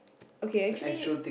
okay actually